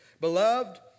Beloved